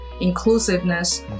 inclusiveness